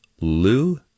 Lou